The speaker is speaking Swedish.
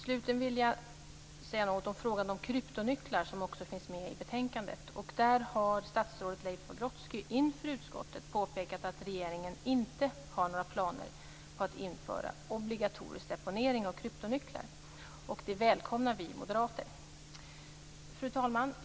Slutligen vill jag säga något om frågan om kryptonycklar, som också finns med i betänkandet. Statsrådet Leif Pagrotsky har inför utskottet påpekat att regeringen inte har några planer på att införa obligatorisk deponering av kryptonycklar. Det välkomnar vi moderater. Fru talman!